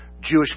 Jewish